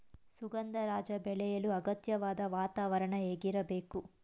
ಸುಗಂಧರಾಜ ಬೆಳೆಯಲು ಅಗತ್ಯವಾದ ವಾತಾವರಣ ಹೇಗಿರಬೇಕು?